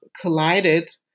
collided